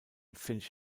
finnish